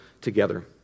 together